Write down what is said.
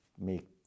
make